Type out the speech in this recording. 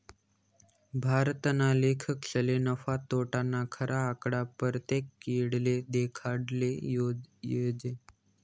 भारतना लेखकसले नफा, तोटाना खरा आकडा परतेक येळले देखाडाले जोयजे